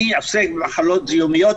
אני עוסק במחלות זיהומיות,